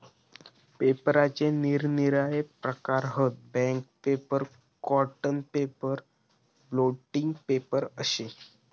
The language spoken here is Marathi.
पेपराचे निरनिराळे प्रकार हत, bank paper, cotton paper, blotting paper अशे